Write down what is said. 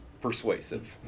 persuasive